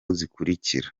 zikurikira